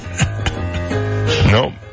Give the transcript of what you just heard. No